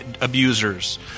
abusers